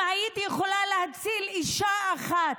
אם הייתי יכולה להציל אישה אחת,